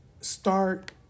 start